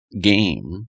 game